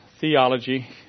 theology